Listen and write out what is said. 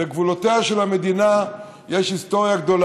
לגבולותיה של המדינה יש היסטוריה ארוכה.